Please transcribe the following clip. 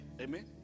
Amen